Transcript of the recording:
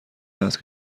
است